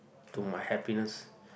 to my happiness